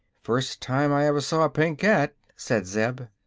first time i ever saw a pink cat, said zeb.